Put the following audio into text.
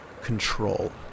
control